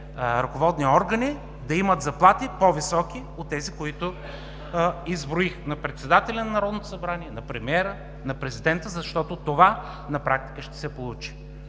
ръководни органи да имат заплати по-високи от тези на председателя на Народното събрание, на премиера, на президента, а на практика това ще се получи.